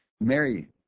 Mary